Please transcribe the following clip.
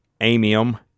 amium